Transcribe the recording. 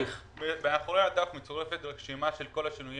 מאחורי הדף מצורפת רשימה של כל השינויים